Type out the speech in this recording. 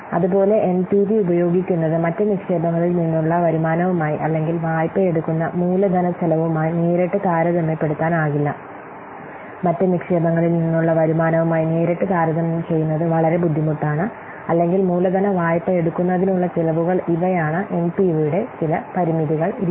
അതുപോലെ എൻപിവി ഉപയോഗിക്കുന്നത് മറ്റ് നിക്ഷേപങ്ങളിൽ നിന്നുള്ള വരുമാനവുമായി അല്ലെങ്കിൽ വായ്പയെടുക്കുന്ന മൂലധനച്ചെലവുമായി നേരിട്ട് താരതമ്യപ്പെടുത്താനാകില്ല മറ്റ് നിക്ഷേപങ്ങളിൽ നിന്നുള്ള വരുമാനവുമായി നേരിട്ട് താരതമ്യം ചെയ്യുന്നത് വളരെ ബുദ്ധിമുട്ടാണ് അല്ലെങ്കിൽ മൂലധന വായ്പയെടുക്കുന്നതിനുള്ള ചെലവുകൾ ഇവയാണ് എൻപിവിയുടെ ചില പരിമിതികൾ രീതി